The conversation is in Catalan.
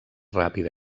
ràpida